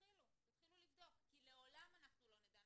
תתחילו לבדוק, כי לעולם אנחנו לא נדע.